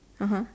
(uh huh)